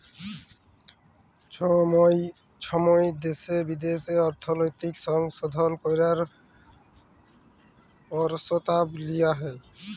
ছময় ছময় দ্যাশে বিদ্যাশে অর্থলৈতিক সংশধল ক্যরার পরসতাব লিয়া হ্যয়